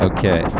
Okay